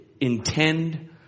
intend